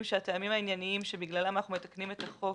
שהטעמים הענייניים בגללם אנחנו מתקנים את החוק